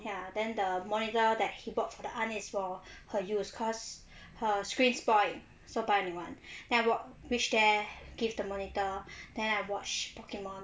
ya then the monitor that he bought for the aunt is for her use cause her screen spoil so buy a new one then I walk reach there give the monitor then I watch pokemon